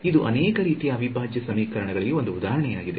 ಇದು ಅನೇಕ ರೀತಿಯ ಅವಿಭಾಜ್ಯ ಸಮೀಕರಣಗಳಿಗೆ ಒಂದು ಉದಾಹರಣೆಯಾಗಿದೆ